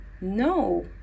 No